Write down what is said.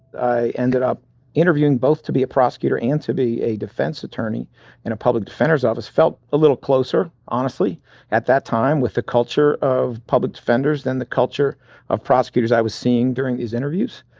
i ended up interviewing both to be a prosecutor and to be a defense attorney in a public defender's office. felt a little closer honestly at that time with the culture of public defenders than the culture of prosecutors i was seeing during these interviews.